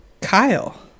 Kyle